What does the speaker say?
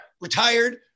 Retired